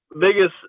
biggest